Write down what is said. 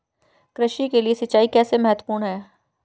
कृषि के लिए सिंचाई कैसे महत्वपूर्ण है?